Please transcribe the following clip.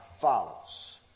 follows